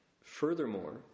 furthermore